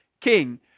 king